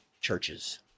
Churches